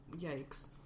yikes